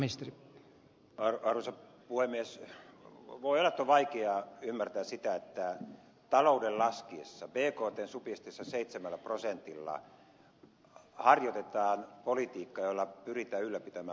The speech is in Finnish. voi olla että on vaikeaa ymmärtää sitä että talouden laskiessa bktn supistuessa seitsemällä prosentilla harjoitetaan politiikkaa jolla pyritään ylläpitämään kulutuskysyntää